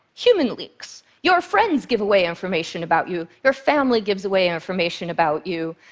human leaks. your friends give away information about you. your family gives away information about you.